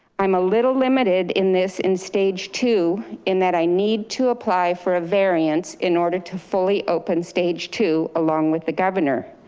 i'm a little limited in this, in stage two, in that i need to apply for a variance in order to fully open stage two, along with the governor.